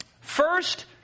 First